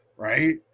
Right